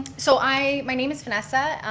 so i, my name is vanessa.